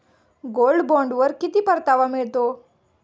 Gold बॉण्डवर किती परतावा मिळतो?